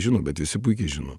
žino bet visi puikiai žino